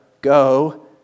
Go